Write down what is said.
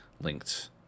linked